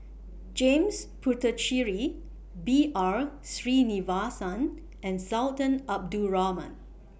James Puthucheary B R Sreenivasan and Sultan Abdul Rahman